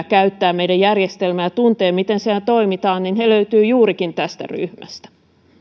käyttää meidän järjestelmää ja tuntee miten siinä toimitaan niin he löytyvät juurikin tästä ryhmästä